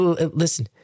listen